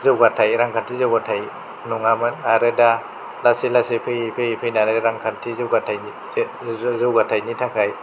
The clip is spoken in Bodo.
जौगाथाय रांखान्थि जौगाथाय नङामोन आरो दा लासै लासै फैयै फैयै फैनानै रांखान्थि जौगाथायनि जौगाथायनि थाखाय